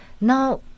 Now